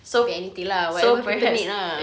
so be anything lah whatever people need lah